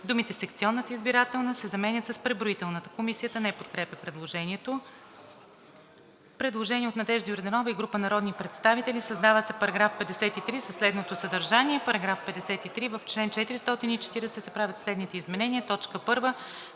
думите „секционната избирателна“ се заменят с „преброителната“.“ Комисията не подкрепя предложението. Предложение от Надежда Йорданова и група народни представители: „Създава се § 54 със следното съдържание: „§ 54. В чл. 441 се правят следните изменения: 1.